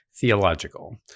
theological